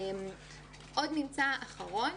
ממצא אחרון